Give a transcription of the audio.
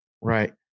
Right